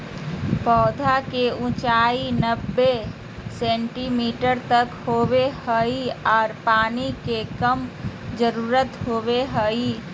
पौधा के ऊंचाई नब्बे सेंटीमीटर तक होबो हइ आर पानी के कम जरूरत होबो हइ